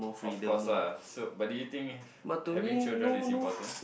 of course lah so but do you think if having children is important